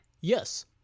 Yes